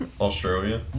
Australia